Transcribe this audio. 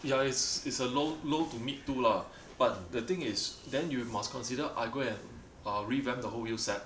ya it's it's a low low to mid two lah but the thing is then you must consider I go and err revamp the whole wheel set